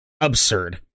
absurd